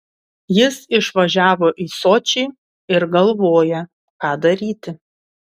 jis išvažiavo į sočį ir galvoja ką daryti